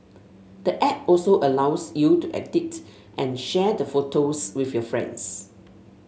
the app also allows you to edit and share the photos with your friends